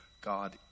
God